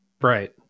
right